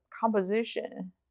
composition